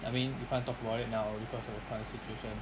I mean we can't talk about it now because of the current situation